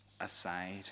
aside